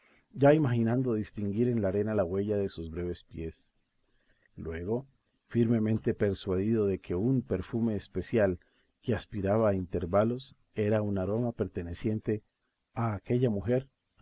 ya imaginando distinguir en la arena la huella de sus breves pies luego firmemente persuadido de que un perfume especial que aspiraba a intervalos era un aroma perteneciente a aquella mujer